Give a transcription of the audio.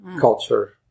culture